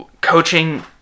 coaching